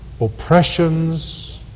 oppressions